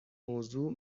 موضوع